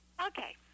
Okay